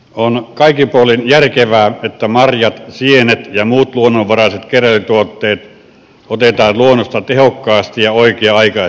on kaikin puolin järkevää että marjat sienet ja muut luonnonvaraiset keräilytuotteet otetaan luonnosta tehokkaasti ja oikea aikaisesti talteen